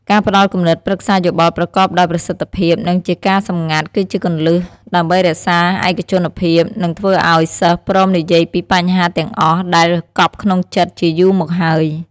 ការផ្តល់គំនិតប្រឹក្សាយោបល់ប្រកបដោយប្រសិទ្ធភាពនិងជាការសម្ងាត់គឺជាគន្លឹះដើម្បីរក្សាឯកជនភាព និងធ្វើឱ្យសិស្សព្រមនិយាយពីបញ្ហាទាំងអស់ដែលកប់ក្នុងចិត្តជាយូរមកហើយ។